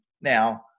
now